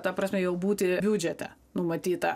ta prasme jau būti biudžete numatyta